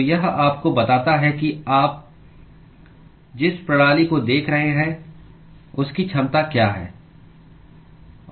तो यह आपको बताता है कि आप जिस प्रणाली को देख रहे हैं उसकी क्षमता क्या है